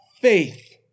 faith